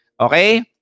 Okay